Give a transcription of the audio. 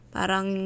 Parang